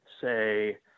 say